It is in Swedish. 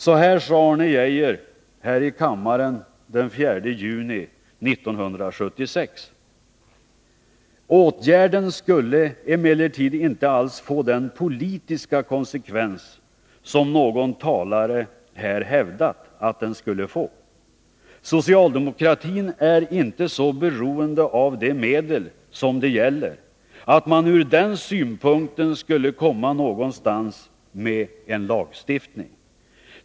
Så här sade Arne Geijer här i kammaren den 4 juni 1976: ”Åtgärden skulle emellertid inte alls få den politiska konsekvens som någon talare här hävdat att den skulle få. Socialdemokratin är inte så beroende av de medel som det gäller att man ur den synpunkten skulle komma någonstans med en lagstiftning.